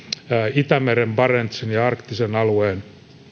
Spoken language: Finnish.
itämeren barentsin ja arktisen alueen